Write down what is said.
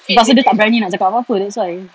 pasal dia tak berani nak cakap apa-apa that's why